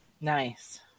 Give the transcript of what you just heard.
Nice